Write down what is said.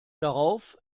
darauf